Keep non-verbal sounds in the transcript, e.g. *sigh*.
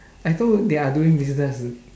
as long they are doing business *noise*